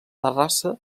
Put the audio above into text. terrassa